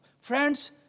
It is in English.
friends